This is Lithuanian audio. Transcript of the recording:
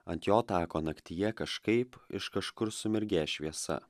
ant jo tako naktyje kažkaip iš kažkur sumirgės šviesa